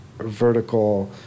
Vertical